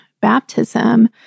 baptism